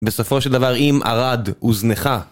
בסופו של דבר אם ערד הוזנחה